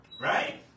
Right